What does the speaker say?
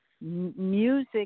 music